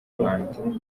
abandi